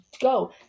go